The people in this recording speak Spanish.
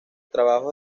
trabajos